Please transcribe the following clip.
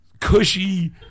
cushy